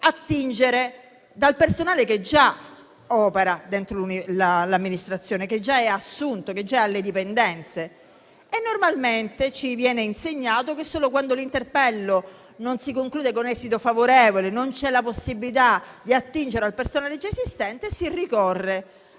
attingere dal personale che già opera dentro l'amministrazione, che già è assunto, che già è alle dipendenze. Normalmente, ci viene insegnato che, solo quando l'interpello non si conclude con esito favorevole e non c'è la possibilità di attingere al personale già esistente, si ricorre